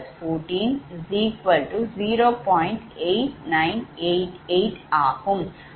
8988 ஆகும்